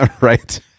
Right